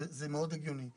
זה מאוד הגיוני.